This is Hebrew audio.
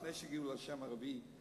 לפני שהגיעו לשם הרביעי,